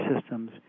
systems